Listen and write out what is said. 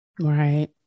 Right